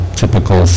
typical